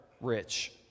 rich